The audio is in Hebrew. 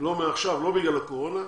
לא מעכשיו, לא בגלל הקורונה,